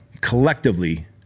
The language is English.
collectively